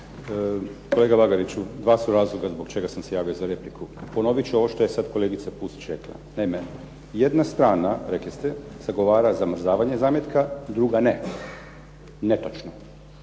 Kolega Bagariću 2 su razloga zbog čega sam se javio za repliku. Ponoviti ću ovo što je sad kolegica Pusić rekla. Naime, jedna strana rekli ste zagovara zamrzavanje zametka, druga ne. Netočno.